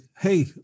Hey